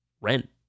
rent